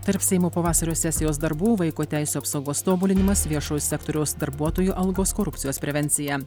tarp seimo pavasario sesijos darbų vaiko teisių apsaugos tobulinimas viešojo sektoriaus darbuotojų algos korupcijos prevencija